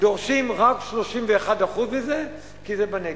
דורשים רק 31% מזה, כי זה בנגב.